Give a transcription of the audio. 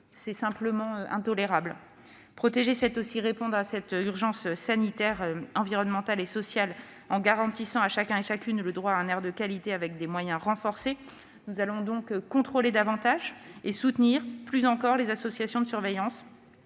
tout simplement intolérable. Protéger, c'est aussi répondre à cette urgence sanitaire, environnementale et sociale, en garantissant à chacun et chacune le droit à un air de qualité grâce à des moyens renforcés. Nous allons donc contrôler davantage et soutenir plus encore les associations de surveillance,